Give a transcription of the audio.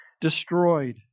destroyed